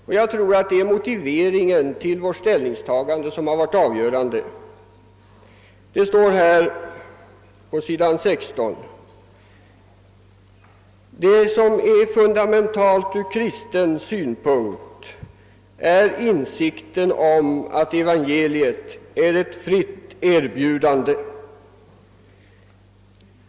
Den avgörande motiveringen för vårt ställningstagande har varit den tanke som står att läsa på s. 16 i vårt religionsfrihetsprogram: »Det som är fundamentalt ur kristen synpunkt är insikten om att evangeliet är ett fritt erbjudande.